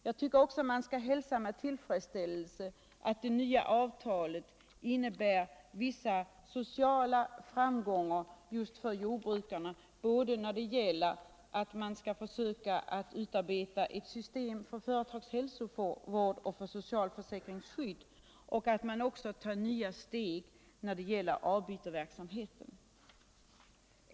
Jag tycker också man skall hälsa med tillfredsställelse att det nya avtalet innebär vissa sociala framgångar för jordbrukarna. Man skall försöka utarbeta ett system för företagshälsovård och för socialförsäkringsskydd, och man tar också nya steg när det gäller avbytarverksamheten.